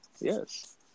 Yes